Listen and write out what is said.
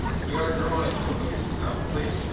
we are drawing to a close no, please,